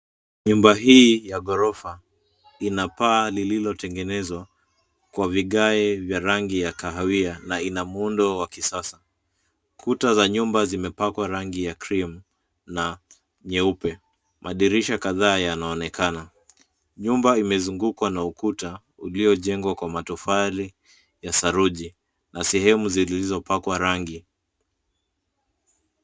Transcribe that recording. Nyumba hii ya ghorofa ina paa lilotengenezwa kwa vigae vya rangi ya kahawia na ina muundo wa kisasa. Kuta za nyumba zimepakwa rangi ya cream na nyeupe. Madirisha kadhaa yanaonekana. Nyumba imezungukwa na ukuta uliyojengwa kwa matofali ya saruji, na sehemu zilizopakwa rangi.